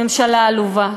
ממשלה עלובה.